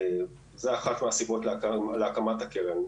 זו אחת מהסיבות להקמת הקרן.